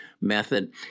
method